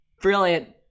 Brilliant